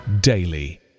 daily